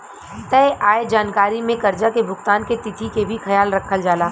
तय आय जानकारी में कर्जा के भुगतान के तिथि के भी ख्याल रखल जाला